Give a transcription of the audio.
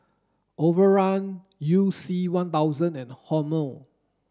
Overrun You C one thousand and Hormel